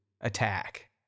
attack